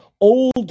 old